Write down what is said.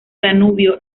danubio